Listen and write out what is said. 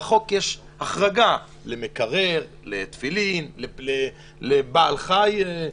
בחוק יש החרגה למקרר, לתפילין, לבעל חי.